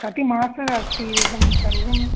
कति मासः अस्ति इदं सर्वं